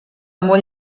molt